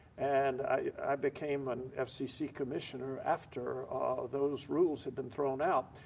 and i became an fcc commissioner after those rules had been thrown out.